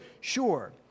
Sure